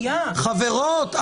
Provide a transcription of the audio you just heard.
תלונות ------ חברות.